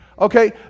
Okay